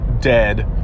dead